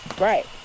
Right